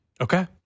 Okay